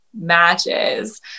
matches